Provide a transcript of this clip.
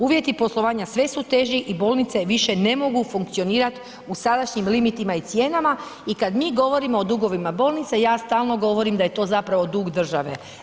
Uvjeti poslovanja sve su teži i bolnica više ne mogu funkcionirati u sadašnjim limitima i cijenama i kad mi govorimo o dugovima bolnice, ja stalno govorim da je to zapravo dug države.